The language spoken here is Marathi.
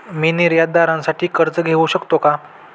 मी निर्यातदारासाठी कर्ज घेऊ शकतो का?